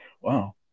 Wow